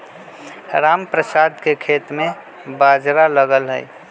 रामप्रसाद के खेत में बाजरा लगल हई